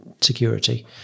security